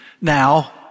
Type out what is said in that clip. Now